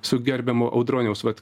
su gerbiamo audroniaus vat